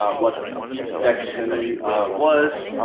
um what each section was.